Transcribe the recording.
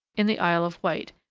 in the isle of wight,